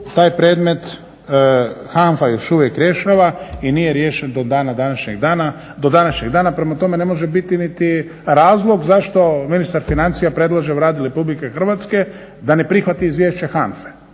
Taj predmet HANFA još uvijek rješava i nije riješen do današnjeg dana, prema tome ne može biti niti razlog zašto ministar financija predlaže Vladi Republike Hrvatske da ne prihvati izvješće HANFA-e,